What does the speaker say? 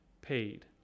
paid